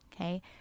Okay